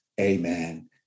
Amen